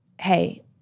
Hey